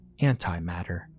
antimatter